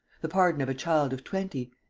the pardon of a child of twenty.